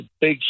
Big